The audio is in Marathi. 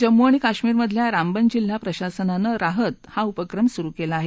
जम्मू आणि कश्मीरमधल्या रामबन जिल्हा प्रशासनानं राहत हा उपक्रम सुरू केला आहे